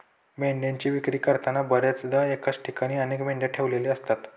मेंढ्यांची विक्री करताना बर्याचदा एकाच ठिकाणी अनेक मेंढ्या ठेवलेल्या असतात